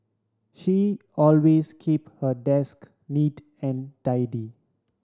she always keep her desk neat and tidy